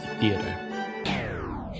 Theater